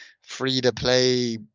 free-to-play